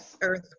Earth